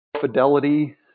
fidelity